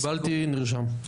קיבלתי, נרשם.